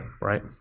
right